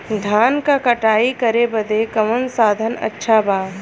धान क कटाई करे बदे कवन साधन अच्छा बा?